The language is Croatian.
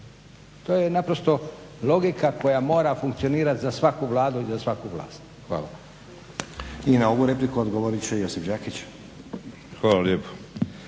To je naprosto logika koja mora funkcionirati za svaku Vladu i za svaku vlast. Hvala. **Stazić, Nenad (SDP)** I na ovu repliku odgovorit će Josip Đakić. **Đakić,